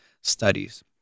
studies